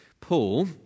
Paul